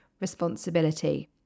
responsibility